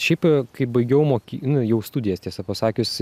šiaip kai baigiau mok nu jau studijas tiesa pasakius